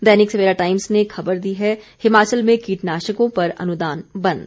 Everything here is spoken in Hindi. दैनिक सवेरा टाइम्स ने खबर दी है हिमाचल में कीटनाशकों पर अनुदान बंद